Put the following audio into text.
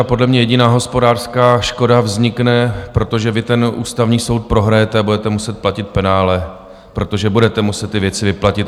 Podle mě jediná hospodářská škoda vznikne, protože vy ten Ústavní soud prohrajete a budete muset platit penále, protože budete muset ty věci vyplatit.